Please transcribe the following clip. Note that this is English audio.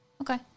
Okay